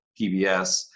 PBS